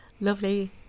lovely